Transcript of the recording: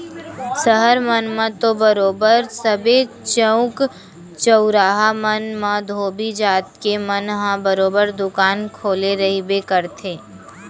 सहर मन म तो बरोबर सबे चउक चउराहा मन म धोबी जात के मन ह बरोबर दुकान खोले रहिबे करथे